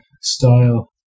style